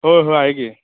होय हो आहे की